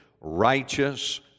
righteous